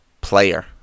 player